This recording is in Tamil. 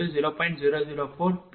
u